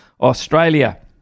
Australia